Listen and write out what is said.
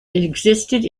existed